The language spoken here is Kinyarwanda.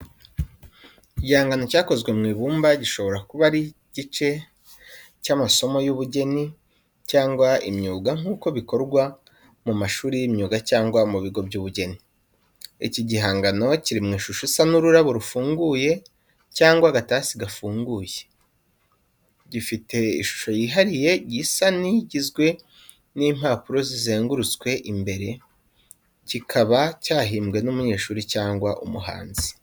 Igihangano cyakozwe mu ibumba gishobora kuba ari igice cy'amasomo y’ubugeni cyangwa imyuga nk’uko bikorwa mu mashuri y’imyuga cyangwa mu bigo by'ubugeni. Iki gihangano kiri mu ishusho isa n'ururabo rufunguye cyangwa agatasi gafunguye. Gifite ishusho yihariye, gisa n'igizwe n’impapuro zizengurutswe imbere, kikaba cyahimbwe n’umunyeshuri cyangwa umuhanzi.